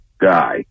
guy